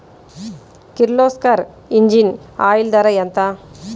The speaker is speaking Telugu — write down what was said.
కిర్లోస్కర్ ఇంజిన్ ఆయిల్ ధర ఎంత?